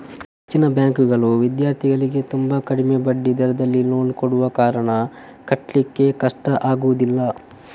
ಹೆಚ್ಚಿನ ಬ್ಯಾಂಕುಗಳು ವಿದ್ಯಾರ್ಥಿಗಳಿಗೆ ತುಂಬಾ ಕಡಿಮೆ ಬಡ್ಡಿ ದರದಲ್ಲಿ ಲೋನ್ ಕೊಡುವ ಕಾರಣ ಕಟ್ಲಿಕ್ಕೆ ಕಷ್ಟ ಆಗುದಿಲ್ಲ